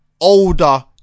older